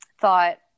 thought